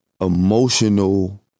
emotional